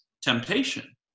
temptation